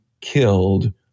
killed